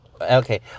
Okay